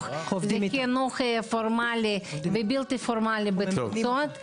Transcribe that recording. לחינוך פורמלי ובלתי-פורמלי בתפוצות.